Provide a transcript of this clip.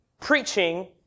preaching